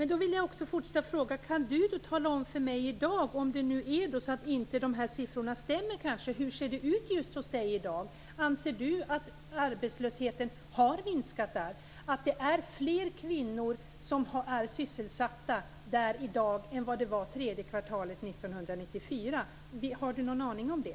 Fru talman! Jag tackar för uppgiften om att det heter Västra Götalands län. Men det finns inte med i statistiken. Kan Monica Green tala om för mig, om dessa siffror inte stämmer, hur det ser ut i Monica Greens län i dag? Anser Monica Green att arbetslösheten har minskat där och att fler kvinnor är sysselsatta där i dag än tredje kvartalet 1994? Har Monica Green någon aning om det?